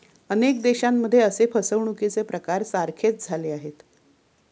अनेक देशांमध्ये असे फसवणुकीचे प्रकार सारखेच झाले आहेत